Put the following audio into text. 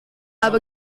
habe